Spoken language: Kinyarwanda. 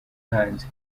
hanze